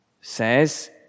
says